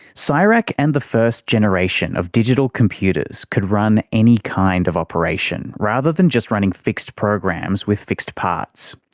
so csirac and the first generation of digital computers could run any kind of operation rather than just running fixed programs with fixed parts.